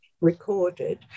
recorded